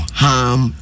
harm